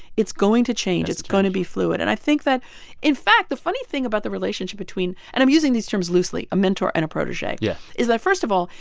it's going to change that's it's going to be fluid. and i think that in fact, the funny thing about the relationship between and i'm using these terms loosely a mentor and a protege yeah is that first of all,